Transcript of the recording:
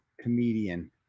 comedian